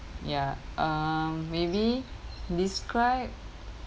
ya um maybe describe